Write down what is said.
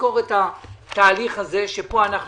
אזכור את התהליך הזה שפה אנחנו